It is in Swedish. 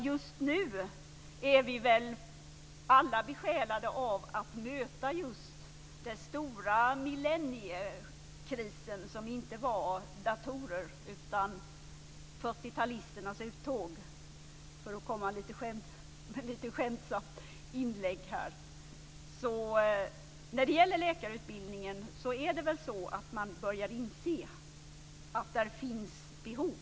Just nu är vi väl alla besjälade av att möta den stora millenniekrisen, som inte var datorer utan 40-talisternas uttåg, för att göra ett lite skämtsamt inlägg. När det gäller läkarutbildningen börjar man väl inse att det finns behov.